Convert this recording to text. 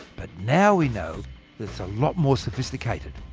but now we know that it's a lot more sophisticated.